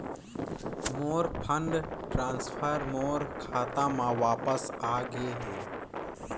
मोर fund transfer मोर खाता म वापस आ गे हे